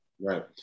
Right